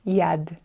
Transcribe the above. yad